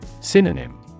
Synonym